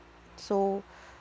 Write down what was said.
so